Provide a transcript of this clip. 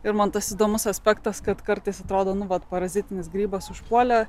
ir man tas įdomus aspektas kad kartais atrodo nu vat parazitinis grybas užpuolė